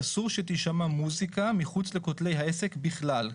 שאסור שתישמע מוזיקה מחוץ לכתלי העסק בכלל.